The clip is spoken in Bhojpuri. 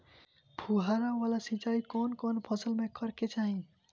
फुहारा वाला सिंचाई कवन कवन फसल में करके चाही?